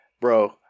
Bro